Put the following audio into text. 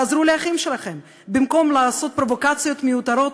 תעזרו לאחים שלכם במקום לעשות פרובוקציות מיותרות,